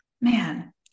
man